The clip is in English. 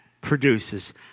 produces